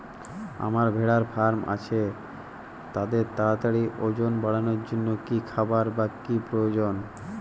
আমার ভেড়ার ফার্ম আছে তাদের তাড়াতাড়ি ওজন বাড়ানোর জন্য কী খাবার বা কী প্রয়োজন?